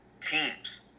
teams